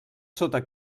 sota